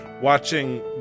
watching